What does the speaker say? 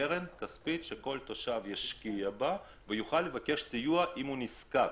שכל תושב ישקיע בה ויוכל לבקש סיוע אם הוא נזקק.